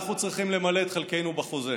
אנחנו צריכים למלא את חלקנו בחוזה.